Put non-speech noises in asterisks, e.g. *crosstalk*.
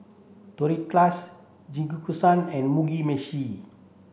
Tortillas *unintelligible* and Mugi Meshi